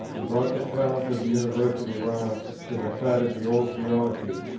and brought the talent of the university round to the side of the old theology,